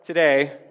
today